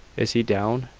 is he down?